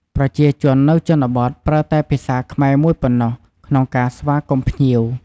ប្រជាជននៅជនបទ ប្រើតែភាសាខ្មែរមួយប៉ុណ្ណោះក្នុងការស្វាគមន៍ភ្ញៀវ។